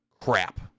Crap